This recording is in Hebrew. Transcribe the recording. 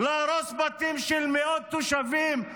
להרוס בתים של מאות תושבים,